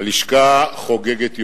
הלשכה חוגגת יובל,